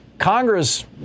Congress